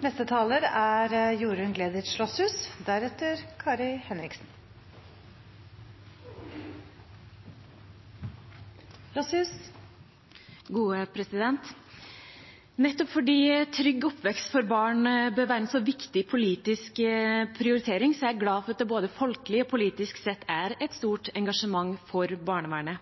Nettopp fordi trygg oppvekst for barn bør være en så viktig politisk prioritering, er jeg glad for at det både folkelig og politisk sett er et stort engasjement for barnevernet.